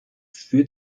führt